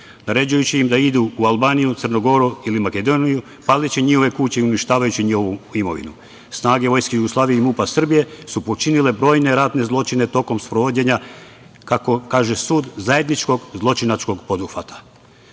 naređujući im da idu u Albaniju, Crnu Goru ili Makedoniju, paleći njihove kuće i uništavajući njihovu imovinu. Snage Vojske Jugoslavije i MUP-a Srbije su počinile brojne ratne zločine tokom sprovođenja, kako kaže sud, zajedničkog zločinačkog poduhvata.